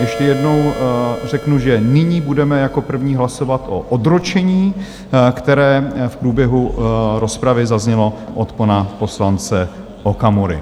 Ještě jednou řeknu, že nyní budeme jako první hlasovat o odročení, které v průběhu rozpravy zaznělo od pana poslance Okamury.